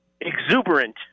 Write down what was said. Exuberant